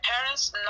parents